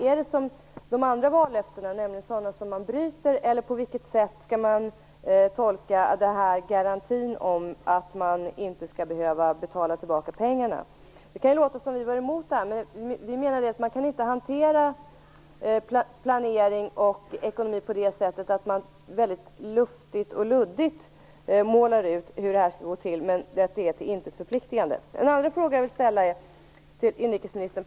Är det ett löfte som de andra vallöftena, dvs. ett sådant som man bryter, eller på vilket sätt skall garantin att man inte skall behöva betala tillbaka pengarna tolkas? Det kan låta som om vi vore emot det här, men vi menar att man inte kan hantera planering och ekonomi på det sättet att man väldigt luftigt och luddigt målar ut hur det här skall gå till men att detta är till intet förpliktande. Jag vill ställa ytterligare en fråga till inrikesministern.